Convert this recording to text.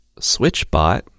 SwitchBot